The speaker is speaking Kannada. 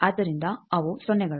ಆದ್ದರಿಂದ ಅವು ಸೊನ್ನೆಗಳು